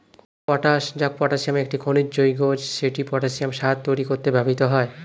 potash, যা পটাসিয়ামের একটি খনিজ যৌগ, সেটি পটাসিয়াম সার তৈরি করতে ব্যবহৃত হয়